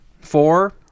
four